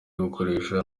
gukoresha